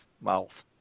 mouth